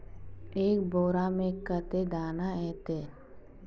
एक बोड़ा में कते दाना ऐते?